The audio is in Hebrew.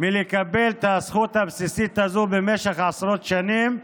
מלקבל את הזכות הבסיסית הזאת במשך עשרות שנים,